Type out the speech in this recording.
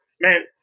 man